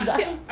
he got ask